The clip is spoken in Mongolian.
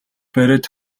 бариад